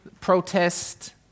protest